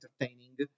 entertaining